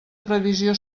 previsió